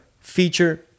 feature